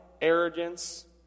arrogance